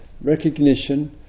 recognition